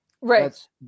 Right